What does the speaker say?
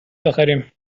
بخریم